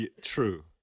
True